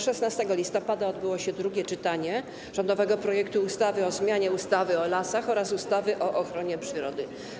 16 listopada odbyło się drugie czytanie rządowego projektu ustawy o zmianie ustawy o lasach oraz ustawy o ochronie przyrody.